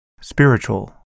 spiritual